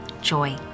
joy